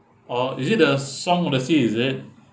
oh is it the song of the sea is it